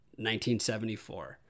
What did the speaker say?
1974